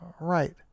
right